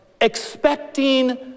expecting